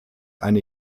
eine